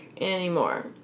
anymore